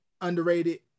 underrated